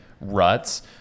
ruts